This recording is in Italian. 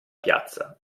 piazza